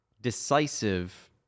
decisive